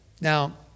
Now